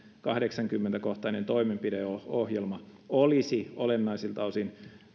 kahdeksankymmentä kohtainen toimenpideohjelma olisi olennaisilta osin